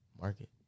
market